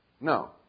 No